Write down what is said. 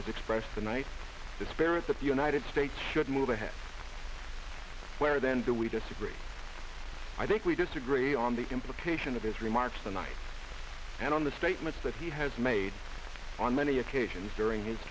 has expressed tonight despair that the united states should move ahead where then the we disagree i think we disagree on the implication of his remarks tonight and on the statements that he has made on many occasions during his